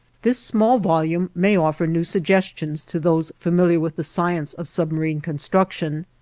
this small volume may offer new suggestions to those familiar with the science of submarine construction,